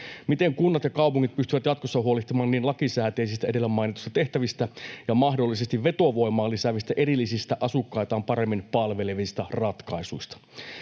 Miten kunnat ja kaupungit pystyvät jatkossa huolehtimaan niin edellä mainituista lakisääteisistä tehtävistä kuin mahdollisesti vetovoimaa lisäävistä erillisistä, asukkaitaan paremmin palvelevista ratkaisuista?